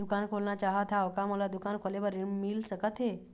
दुकान खोलना चाहत हाव, का मोला दुकान खोले बर ऋण मिल सकत हे?